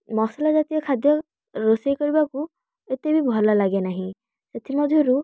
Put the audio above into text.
ମସଲା ଜାତୀୟ ଖାଦ୍ୟ ରୋଷେଇ କରିବାକୁ ଏତେ ବି ଭଲ ଲାଗେ ନାହିଁ ସେଥିମଧ୍ୟରୁ